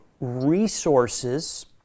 resources